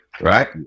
Right